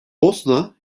bosna